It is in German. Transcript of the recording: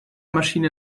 maschine